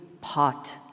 pot